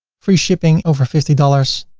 free shipping over fifty dollars,